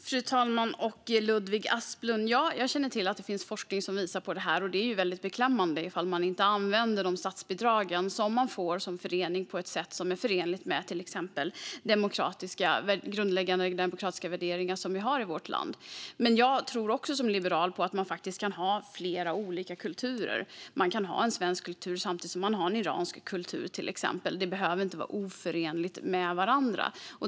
Fru talman och Ludvig Aspling! Ja, jag känner till att det finns forskning som visar på det här. Det är väldigt beklämmande om man inte använder de statsbidrag som man får som förening på ett sätt som är förenligt med till exempel de grundläggande demokratiska värderingar som vi har i vårt land. Men jag tror som liberal på att man faktiskt kan ha flera olika kulturer. Man kan ha en svensk kultur samtidigt som man har till exempel en iransk kultur. De behöver inte vara oförenliga med varandra.